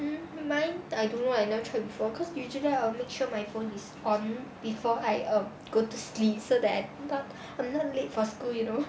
mm mine I don't know I never try cause usually I will make sure my phone is on before I err go to sleep so that I'm not late for school you know